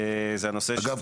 זה הנושא --- אגב,